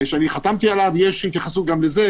שחתמתי עליו יש התייחסות גם לזה,